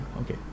Okay